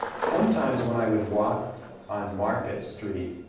sometimes when i would walk on market street,